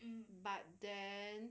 but then